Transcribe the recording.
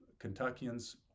Kentuckians